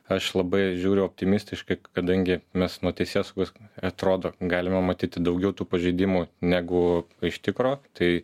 aš labai žiūriu optimistiškai kadangi mes nuo teisėsaugos atrodo galima matyti daugiau tų pažeidimų negu iš tikro tai